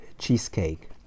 cheesecake